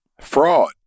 Fraud